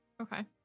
Okay